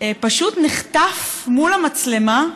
פשוט נחטף מול המצלמה,